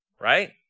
right